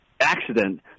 accident